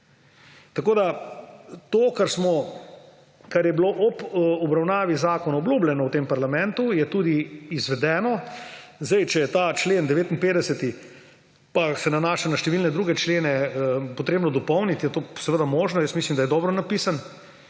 Tako da to, kar je bilo ob obravnavi zakona obljubljeno v tem parlamentu, je tudi izvedeno. Zdaj, če je ta 59. člen, ki pa se nanaša na številne druge člene, potrebno dopolniti, je to seveda možno. Mislim, da je dobro napisan